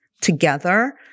together